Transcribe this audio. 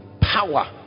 power